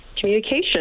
communication